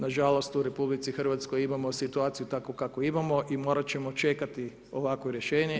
Na žalost u RH imamo situaciju takvu kakvu imamo i morat ćemo čekati ovakvo rješenje.